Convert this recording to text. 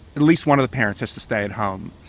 at least one of the parents has to stay at home.